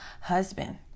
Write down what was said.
husband